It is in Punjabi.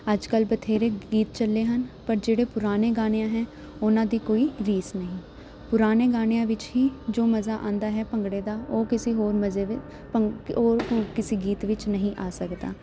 ਅੱਜ ਕੱਲ੍ਹ ਬਥੇਰੇ ਗੀਤ ਚੱਲੇ ਹਨ ਪਰ ਜਿਹੜੇ ਪੁਰਾਣੇ ਗਾਣਿਆਂ ਹੈ ਉਹਨਾਂ ਦੀ ਕੋਈ ਰੀਸ ਨਹੀਂ ਪੁਰਾਣੇ ਗਾਣਿਆਂ ਵਿੱਚ ਹੀ ਜੋ ਮਜ਼ਾ ਆਉਂਦਾ ਹੈ ਭੰਗੜੇ ਦਾ ਉਹ ਕਿਸੇ ਹੋਰ ਮਜ਼ੇ ਵਿੱ ਭੰਗ ਉਹ ਕਿ ਕਿਸੇ ਗੀਤ ਵਿੱਚ ਨਹੀਂ ਆ ਸਕਦਾ